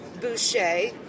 Boucher